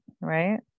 Right